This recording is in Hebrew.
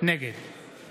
נגד